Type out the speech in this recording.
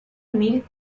mil